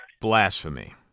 blasphemy